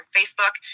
Facebook